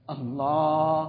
Allah